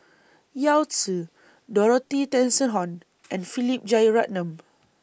Yao Zi Dorothy Tessensohn and Philip Jeyaretnam